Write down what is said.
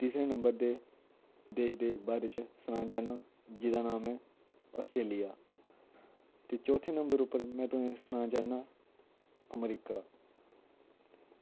तीसरे नंबर दे देश दे बारे च सनाना चाह्नां जेह्दा नाम ऐ आस्ट्रेलिया ते चौथे नंबर उप्पर में तुसें सनाना चाह्ना अमरीका